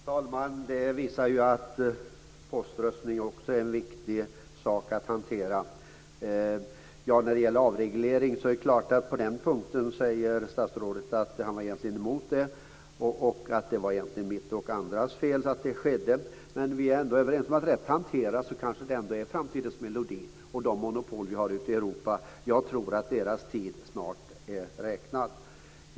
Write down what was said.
Fru talman! Det visar ju att poströstning också är något viktigt att hantera. Statsrådet säger att han egentligen var emot avregleringen och att det egentligen var mitt och andras fel att det skedde. Men vi är ändå överens om att detta rätt hanterat kanske är framtidens melodi. Och jag tror att tiden för de monopol som finns ute i Europa snart är räknad.